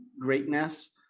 greatness